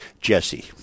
jesse